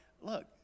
look